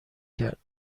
کرد